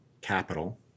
capital